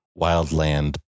wildland